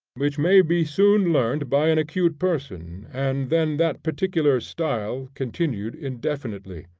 which may be soon learned by an acute person and then that particular style continued indefinitely.